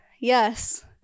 Yes